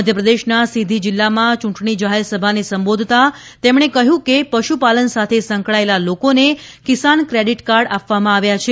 મધ્યપ્રદેશના સીધી જિલ્લામાં ચૂંટણી જાહેર સભાને સંબોધતાં તેમણે કહ્યું કે પશુપાલન સાથે સંકળાયેલા લોકોને કિસાન કેડીટ કાર્ડ આપવામાં આવ્યાં છે